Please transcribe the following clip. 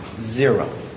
Zero